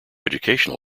educational